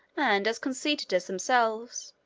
and as conceited as themselves.